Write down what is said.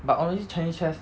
but honestly chinese chess